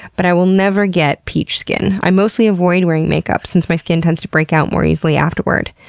but i will never get peach skin. i mostly avoid wearing makeup since my skin tends to break out more easily afterward.